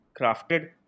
crafted